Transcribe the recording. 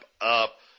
up